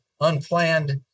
unplanned